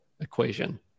equation